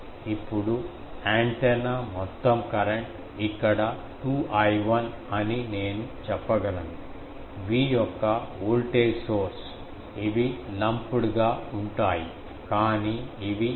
ఇప్పుడు యాంటెన్నా మొత్తం కరెంట్ ఇక్కడ 2I1 అని నేను చెప్పగలను V యొక్క వోల్టేజ్ సోర్స్ ఇవి లంపుడ్ గా ఉంటాయి కాని ఇవి పంపిణీ చేయబడతాయి